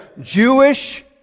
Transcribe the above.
Jewish